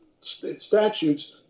statutes